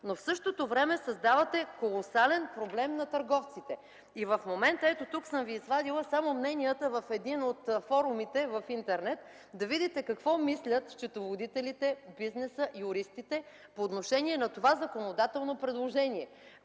но в същото време създавате колосален проблем на търговците. Извадила съм Ви мненията от един от форумите в интернет – да видите какво мислят счетоводителите, бизнесът, юристите по отношение на това законодателно предложение.